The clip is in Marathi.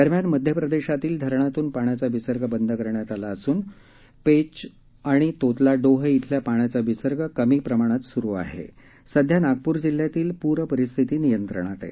दरम्यान मध्यप्रदेशातील धरणातून पाण्याचा विसर्ग बंद करण्यात आला असून पेच आणि तोतलाडोह शिल्या पाण्याचा विसर्ग कमी प्रमाणात सुरु आहे सध्या नागपूर जिल्ह्यातील पुरपरिस्थिती नियत्रंणात आहे